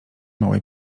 małej